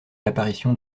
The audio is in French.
l’apparition